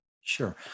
Sure